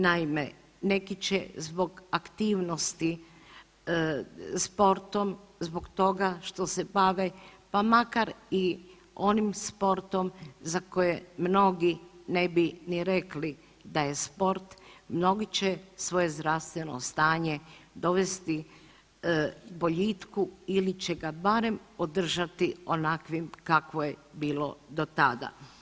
Naime, neki će zbog aktivnosti sportom zbog toga što se bave pa makar i onim sportom za koje mnogi ne bi ni rekli da je sport, mnogi će svoje zdravstveno stanje dovesti boljitku ili će ga barem održati onakvim kakvim je bilo do tada.